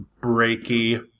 breaky